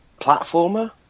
platformer